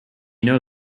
know